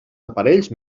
aparells